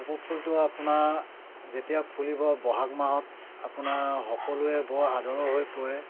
কপৌ ফুলটো আৰু আপোনাৰ যেতিয়া ফুলিব বহাগ মাহত আপোনাৰ সকলোৱে বৰ আদৰৰ হৈ পৰে